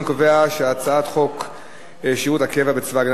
אני קובע שהצעת חוק שירות הקבע בצבא-הגנה